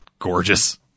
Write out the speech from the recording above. Gorgeous